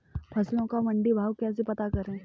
फसलों का मंडी भाव कैसे पता करें?